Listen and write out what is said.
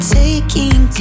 taking